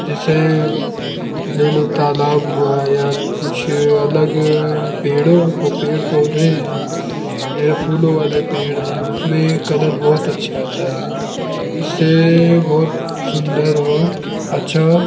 जैसे ले लो तालाब हुआ या कुछ अलग पेड़ों को पेड़ पौधे हैं या फूलों वाले पेड़ हैं उसमें कलर बहुत अच्छा आता है इससे बहुत सुन्दर और अच्छा